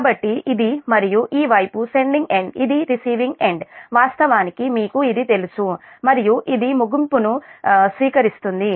కాబట్టి ఇది మరియు ఈ వైపు సెండింగ్ ఎండ్ ఇది రిసీవింగ్ ఎండ్ వాస్తవానికి మీకు ఇది తెలుసు మరియు ఇది ముగింపును స్వీకరిస్తుంది